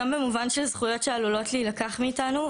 גם במובן של זכויות שעלולות להילקח מאיתנו,